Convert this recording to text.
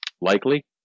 likely